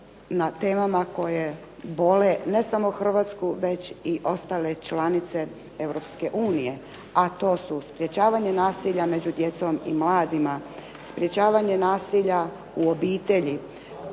na temama koje bole ne samo Hrvatsku već i ostale članice Europske unije, a to su sprečavanje nasilja među djecom, i mladima, sprečavanje nasilja u obitelji,